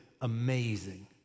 amazing